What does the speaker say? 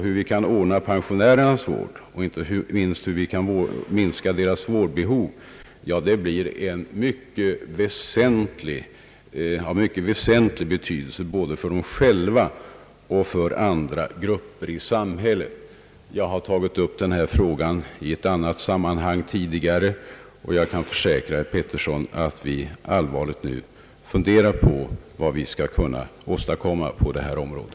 Hur vi kan ordna pensionärernas vård, och inte minst hur vi kan minska deras vårdbehov, blir av mycket väsentlig betydelse både för dem själva och för andra grupper i samhället. Jag har tagit upp denna fråga i ett annat sammanhang tidigare och jag kan försäkra herr Pettersson att vi allvarligt funderar på vad vi skall kunna åstadkomma på detta område.